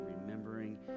remembering